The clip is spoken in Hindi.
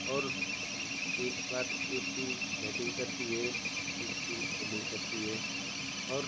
और एक बार एक टीम बैटिंग करती है एक टीम फील्डिंग करती है और